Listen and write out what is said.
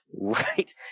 Right